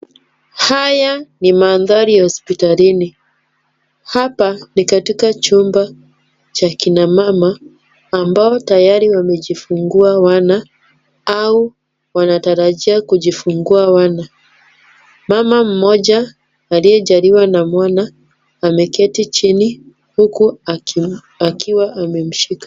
Haya, ni maandhari ya hospitalini. Hapa ni katika chumba cha kina mama, ambao tayari wamejifungua wana au wanatarajia kujifungua wana. Mama mmoja aliyejaliwa na mwana, ameketi chini huku akiwa amemshika.